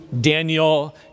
Daniel